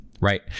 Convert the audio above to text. right